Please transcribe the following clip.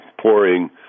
pouring